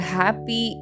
happy